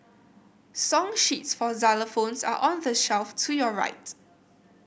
song sheets for xylophones are on the shelf to your right